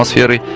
ah theory